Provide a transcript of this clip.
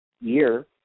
year